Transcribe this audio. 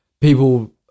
people